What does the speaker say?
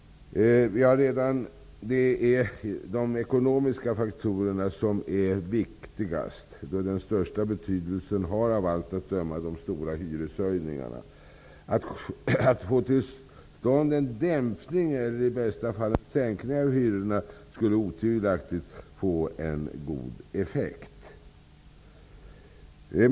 De ekonomiska faktorerna är viktigast, då hyreshöjningarna av allt att döma har den största betydelsen. Att få till stånd en dämpning eller i bästa fall en sänkning av hyrorna skulle otvivelaktigt få en god effekt.